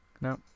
no